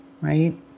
right